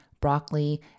broccoli